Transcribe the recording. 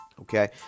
Okay